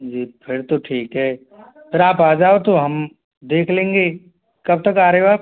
जी फिर तो ठीक है फिर आप आ जाओ तो हम देख लेंगे कब तक आ रहे हो आप